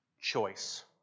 Choice